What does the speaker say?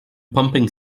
pumping